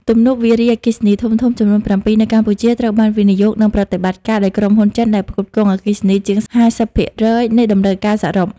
ទំនប់វារីអគ្គិសនីធំៗចំនួន ៧ នៅកម្ពុជាត្រូវបានវិនិយោគ និងប្រតិបត្តិការដោយក្រុមហ៊ុនចិន ដែលផ្គត់ផ្គង់អគ្គិសនីជាង ៥០% នៃតម្រូវការសរុប។